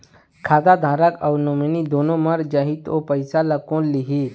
खाता धारक अऊ नोमिनि दुनों मर जाही ता ओ पैसा ला कोन लिही?